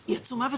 עצומה.